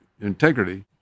integrity